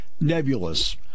nebulous